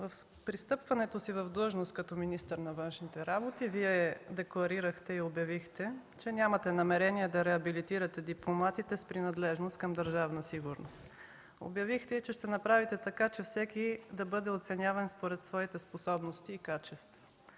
при встъпването си в длъжност като министър на външните работи Вие декларирахте и обявихте, че нямате намерения да реабилитирате дипломатите с принадлежност към „Държавна сигурност”. Обявихте, че ще направите така, че всеки да бъде оценяван според своите способности и качества.